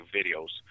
videos